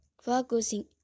Focusing